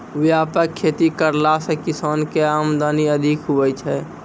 व्यापक खेती करला से किसान के आमदनी अधिक हुवै छै